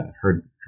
heard